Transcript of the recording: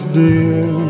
dear